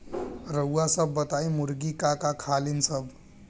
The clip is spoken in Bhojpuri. रउआ सभ बताई मुर्गी का का खालीन सब?